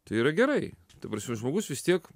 tai yra gerai ta prasme žmogus vis tiek